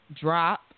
drop